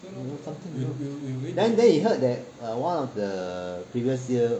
then he heard that err one of the previous year